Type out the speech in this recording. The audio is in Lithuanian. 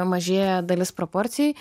mažėja dalis proporcijai